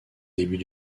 débuts